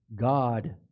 God